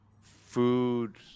food